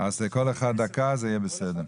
דקה וזה יהיה בסדר.